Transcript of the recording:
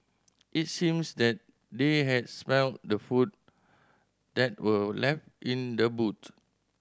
it seemes that they had smelt the food that were left in the boot